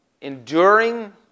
Enduring